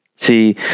See